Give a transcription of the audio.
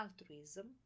altruism